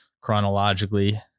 chronologically